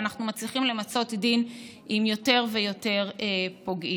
ואנחנו מצליחים למצות את הדין עם יותר ויותר פוגעים.